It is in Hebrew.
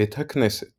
בית הכנסת